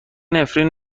نفرین